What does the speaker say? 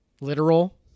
literal